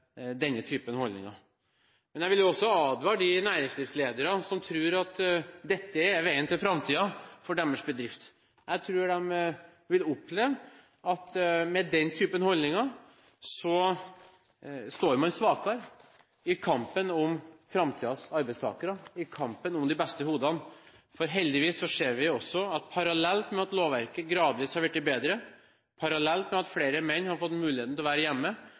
denne typen holdninger. Men jeg vil også advare de næringslivslederne som tror at dette er veien til framtiden for deres bedrift. Jeg tror de vil oppleve at med den typen holdninger står man svakere i kampen om framtidens arbeidstakere, i kampen om de beste hodene. For heldigvis: Parallelt med at lovverket gradvis har blitt bedre, parallelt med at flere menn har fått muligheten til å være hjemme,